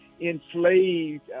enslaved